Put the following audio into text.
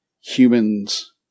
humans